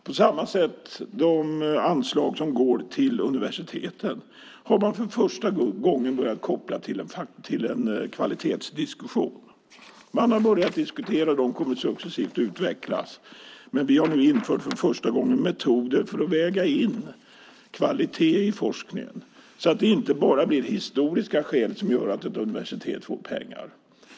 På samma sätt har man när det gäller de anslag som går till universiteten för första gången börjat koppla dem till en kvalitetsdiskussion. Man har börjat diskutera dem, och de kommer successivt att utvecklas. Men vi har nu för första gången infört metoder för att väga in kvalitet i forskningen, så att det inte bara blir historiska skäl som gör att ett universitet får pengar.